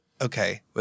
okay